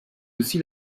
aussi